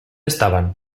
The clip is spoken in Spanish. estaban